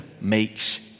makes